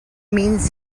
means